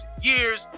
years